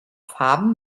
farben